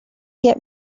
get